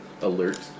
alert